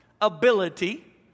ability